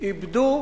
איבדו